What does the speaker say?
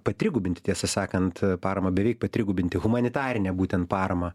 patrigubinti tiesą sakant paramą beveik patrigubinti humanitarinę būtent paramą